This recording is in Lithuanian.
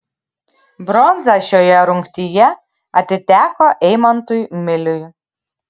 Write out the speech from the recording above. bronza šioje rungtyje atiteko eimantui miliui